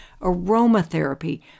aromatherapy